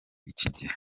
igihe